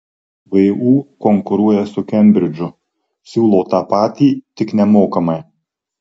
vu konkuruoja su kembridžu siūlo tą patį tik nemokamai